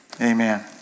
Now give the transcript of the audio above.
Amen